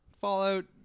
Fallout